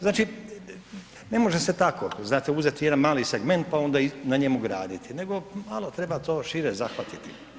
Znači ne može se tako, znate, uzet jedan mali segment pa onda na njemu graditi nego malo treba to šire zahvatiti.